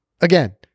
again